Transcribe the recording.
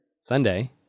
Sunday